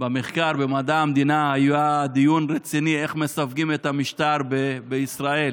במחקר במדעי המדינה היה דיון רציני איך מסווגים את המשטר בישראל.